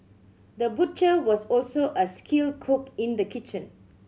the butcher was also a skilled cook in the kitchen